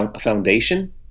foundation